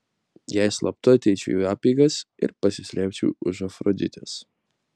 jei slapta ateičiau į apeigas ir pasislėpčiau už afroditės